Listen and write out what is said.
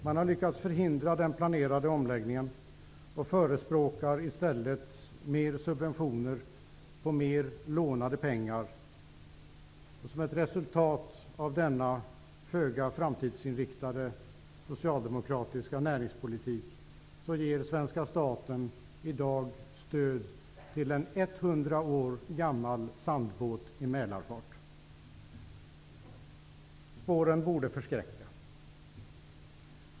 Man har lyckats förhindra den planerade omläggningen och förespråkar i stället mer subventioner på mera lånade pengar. Som ett resultat av denna föga framtidsinriktade socialdemokratiska näringspolitik ger svenska staten i dag stöd till en ett hundra år gammal sandbåt i Mälarfart. Spåren borde förskräcka.